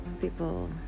people